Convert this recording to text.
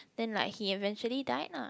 then like he eventually died lah